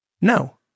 No